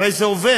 הרי זה עובד.